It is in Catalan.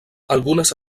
algunes